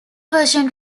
version